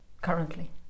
currently